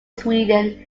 sweden